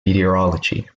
meteorology